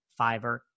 Fiverr